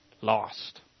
lost